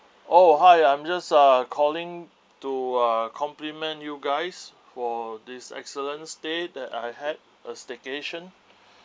oh hi I'm just uh calling to uh compliment you guys for the excellent stay that I had uh staycation